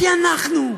כי אנחנו,